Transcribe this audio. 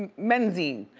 menzine.